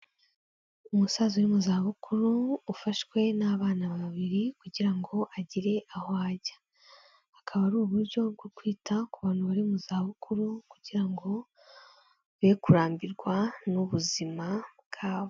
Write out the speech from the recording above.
Umusaza uri mu za bukuru ufashwe n'abana babiri kugira ngo agire aho ajya, akaba ari uburyo bwo kwita ku bantu bari mu za bukuru kugira ngo be kurambirwa n'ubuzima bwabo.